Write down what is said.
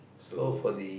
so